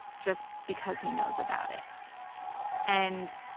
just because he knows about it and